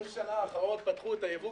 בראש השנה האחרון פתחו את הייבוא,